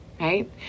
right